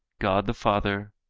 god the father,